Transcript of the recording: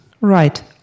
Right